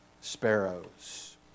sparrows